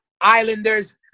Islanders